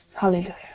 Hallelujah